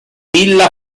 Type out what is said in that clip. villa